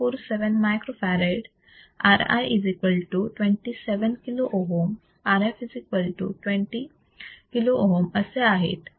047 microfarad Ri27 kilo ohm Rf20 kilo ohm असे आहेत